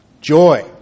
joy